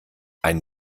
ein